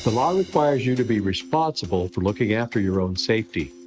law requires you to be responsible for looking after your own safety.